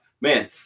man